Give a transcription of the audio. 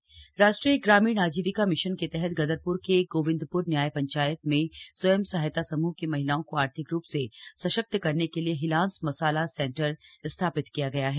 मसाला growth centre राष्ट्रीय ग्रामीण आजीविका मिशन के तहत गदरपुर के गोविंदपुर न्याय पंचायत में स्वयं सहायता समूह की महिलाओं को आर्थिक रूप से सशक्त करने के लिए हिलान्स मसाला सेन्टर स्थापित किया गया है